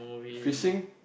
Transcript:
fishing